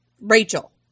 Rachel